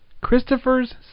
Christopher's